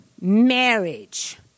marriage